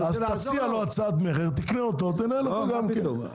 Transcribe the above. אז תציע לו הצעת מכר, תקנה אותו ותנהל אותו גם כן.